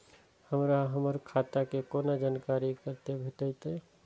हमरा हमर खाता के कोनो जानकारी कते भेटतै